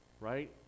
right